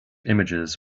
images